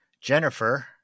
Jennifer